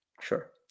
Sure